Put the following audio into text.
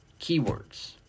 keywords